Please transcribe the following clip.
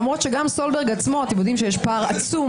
למרות שגם סולברג עצמו אתם יודעים שיש פער עצום